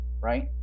right